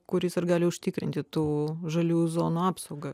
kuris ir gali užtikrinti tų žaliųjų zonų apsaugą